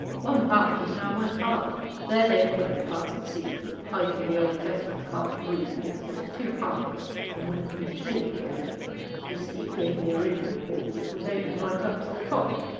one part is now my parlour there they have put a plaster ceiling, hiding the old chestnut-carved roof because it was too high and would have been chilly for me you see, being the original hall, it was open right up to the top,